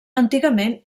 antigament